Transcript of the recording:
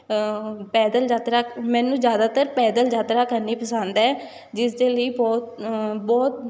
ਪੈਦਲ ਯਾਤਰਾ ਮੈਨੂੰ ਜ਼ਿਆਦਾਤਰ ਪੈਦਲ ਯਾਤਰਾ ਕਰਨੀ ਪਸੰਦ ਹੈ ਜਿਸ ਦੇ ਲਈ ਬਹੁਤ ਬਹੁਤ